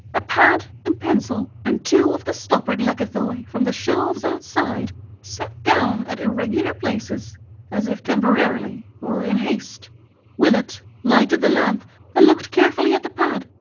a pad and pencil, and two of the stoppered lekythoi from the shelves outside set down at irregular places as if temporarily or in haste willett lighted the lamp and looked carefully at the pad,